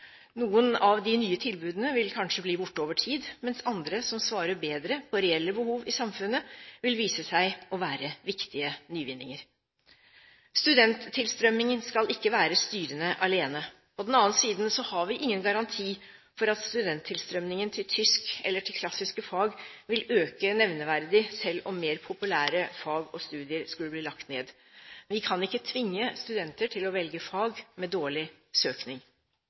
Noen av de nye tilbudene vil kanskje bli borte over tid, mens andre, som svarer bedre på reelle behov i samfunnet, vil vise seg å være viktige nyvinninger. Studenttilstrømning skal ikke være styrende alene. På den andre siden har vi ingen garanti for at studenttilstrømningen til tysk eller klassiske fag ville øke nevneverdig selv om mer populære fag og studier skulle bli lagt ned. Vi kan ikke tvinge studenter til å velge fag med dårlig søkning.